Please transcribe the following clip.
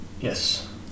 Yes